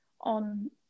on